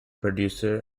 producer